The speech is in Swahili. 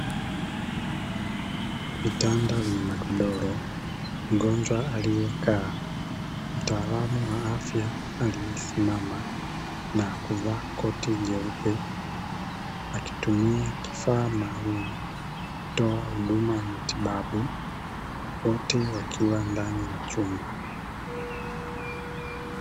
Vitanda vyenye magodoro, mgonjwa aliyekaa, mtaalamu wa afya aliyesimama na kuvaa koti jeupe, akitumia kifaa maalumu kutoa huduma ya matibabu, wote wakiwa ndani ya chumba.